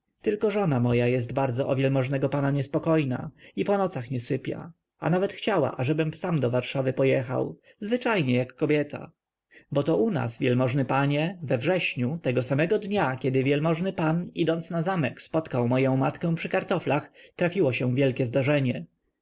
tylko żona moja jest bardzo o wielmożnego pana niespokojna i po nocach nie sypia a nawet chciała ażebym sam do warszawy pojechał zwyczajnie jak kobieta bo to u nas wielmożny panie we wrześniu tego samego dnia kiedy wielmożny pan idąc na zamek spotkał moję matkę przy kartoflach trafiło się wielkie zdarzenie